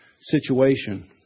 situation